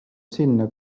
sinna